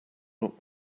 not